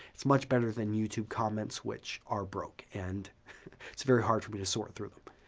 it's much better than youtube comments, which are broke and it's very hard for me to sort through them.